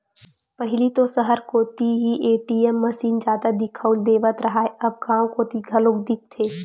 पहिली तो सहर कोती ही ए.टी.एम मसीन जादा दिखउल देवत रहय अब गांव कोती घलोक दिखथे